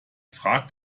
fragt